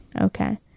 Okay